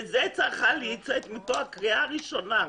מכאן צריכה לצאת קריאה ראשונה,